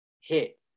hit